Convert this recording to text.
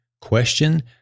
question